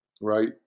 right